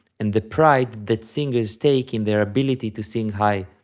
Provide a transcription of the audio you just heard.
and the pride that singers take in their ability to sing high,